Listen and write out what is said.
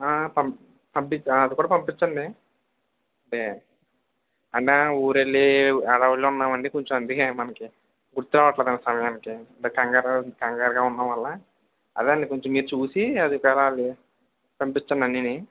పంపి పంపించ అది కూడా పంపించండి అంటే ఊరు వెళ్ళే హడావిడిలో ఉన్నాం అండి కొంచెం అందుకే మనకి గుర్తురావట్లేదు అండి సమయానికి అంటే కంగారు కంగారుగా ఉండడం వల్ల అదే అండి కొంచెం మీరు చూసి అది ధర అది పంపించండి అన్నీ